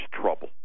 trouble